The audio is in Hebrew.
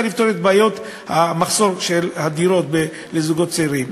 לפתור את בעיות המחסור של דירות לזוגות צעירים.